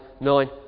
nine